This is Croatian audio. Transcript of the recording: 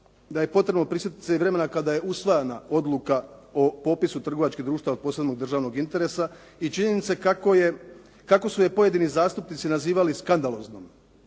da je potrebno prisjetiti se vremena kada je usvajana Odluka o popisu trgovačkih društava od posebnog državnog interesa i činjenice kako su je pojedini zastupnici nazivali skandaloznom,